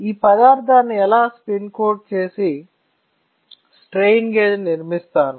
ఈ పదార్థాన్ని ఎలా స్పిన్ కోట్ చేసి స్ట్రెయిన్ గేజ్ను నిర్మిస్తాను